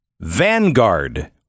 Vanguard